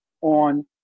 on